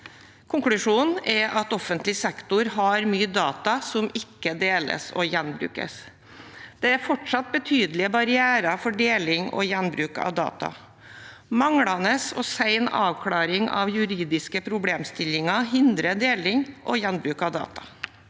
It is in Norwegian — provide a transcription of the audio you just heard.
Konklusjonen er at offentlig sektor har mye data som ikke deles og gjenbrukes. Det er fortsatt betydelige barrierer for deling og gjenbruk av data. Manglende og sen avklaring av juridiske problemstillinger hindrer deling og gjenbruk av data.